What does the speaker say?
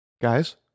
Guys